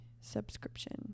subscription